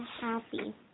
happy